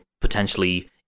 potentially